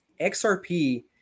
XRP